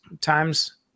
times